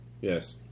Yes